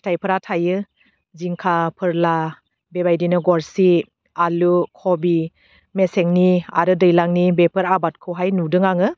फिथाइफोरा थायो जिंखा फोरला बेबायदिनो गरसि आलु कबि मेसेंनि आरो दैलांनि बेफोर आबादखौहाय नुदों आङो